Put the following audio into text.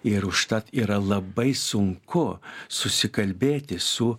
ir užtat yra labai sunku susikalbėti su